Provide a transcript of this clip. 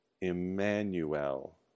Emmanuel